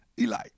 Eli